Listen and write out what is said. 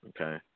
okay